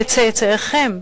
לצאצאיכם,